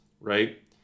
right